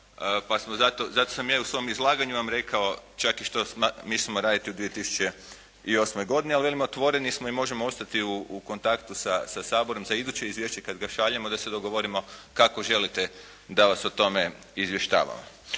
zato sam ja i u svom izlaganju vam rekao, čak i što mislimo raditi u 2008. godini. Ali velim, otvoreni smo i možemo ostati u kontaktu sa Saborom za iduće izvješće kada ga šaljemo da se dogovorimo kako želite da vas o tome izvještavamo.